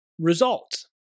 results